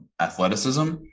athleticism